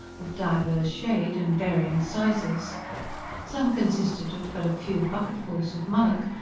of divers shade and varying sizes some consisted of but a few bucketfuls of mullock,